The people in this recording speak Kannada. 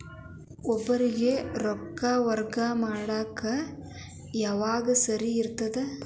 ಒಬ್ಬರಿಗ ರೊಕ್ಕ ವರ್ಗಾ ಮಾಡಾಕ್ ಯಾವಾಗ ಸರಿ ಇರ್ತದ್?